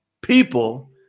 people